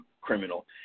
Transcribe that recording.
criminal